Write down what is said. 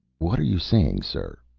what are you saying, sir?